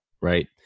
right